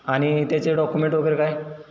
आणि त्याचे डॉकुमेंट वगैरे काय